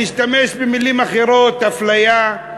נשתמש במילים אחרות: אפליה,